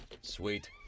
sweet